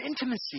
intimacy